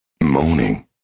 Moaning